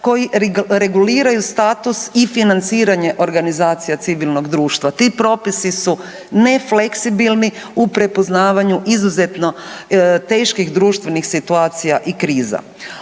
koji reguliraju status i financiranje organizacija civilnog društva. Ti propisi su nefleksibilni u prepoznavanju izuzetno teških društvenih situacija i kriza.